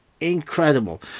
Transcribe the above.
incredible